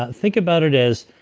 ah think about it as